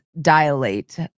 dilate